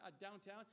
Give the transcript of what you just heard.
downtown